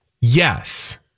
Yes